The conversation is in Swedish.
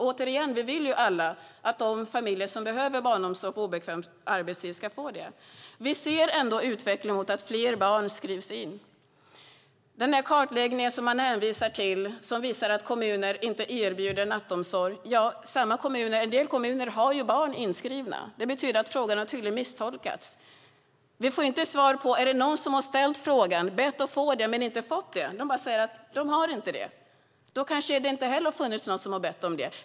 Återigen: Vi vill alla att de familjer som behöver barnomsorg på obekväm arbetstid ska få det. Vi ser ändå en utveckling mot att fler barn skrivs in. Den kartläggning som man hänvisar till visar att vissa kommuner inte erbjuder nattomsorg. Men en del kommuner har barn inskrivna. Frågan har tydligen misstolkats. Vi får inte svar på om någon bett att få nattomsorg men inte fått det. De bara säger att de inte har det. Då kanske det inte heller har funnits någon som bett om det.